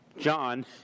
John